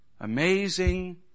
amazing